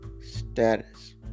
status